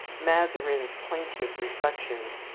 mazarin's plaintive reflection,